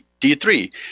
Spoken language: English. D3